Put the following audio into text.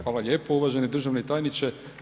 Hvala lijepo uvaženi državni tajniče.